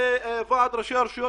דיברנו עם השר אריה דרעי,